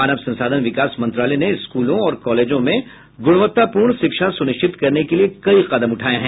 मानव संसाधन विकास मंत्रालय ने स्कूलों और कॉलेजों में गुणवत्तापूर्ण शिक्षा सुनिश्चित करने के लिए कई कदम उठाये हैं